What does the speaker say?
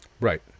Right